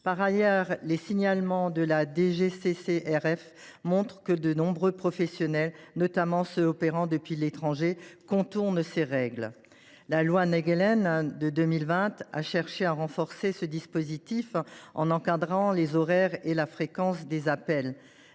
Par ailleurs, les signalements à la DGCCRF montrent que de nombreux professionnels, notamment ceux qui opèrent depuis l’étranger, contournent ces règles. La loi Naegelen de 2020 a cherché à renforcer ce dispositif en encadrant les horaires et la fréquence des appels.